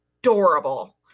adorable